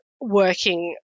working